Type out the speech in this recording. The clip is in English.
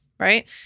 Right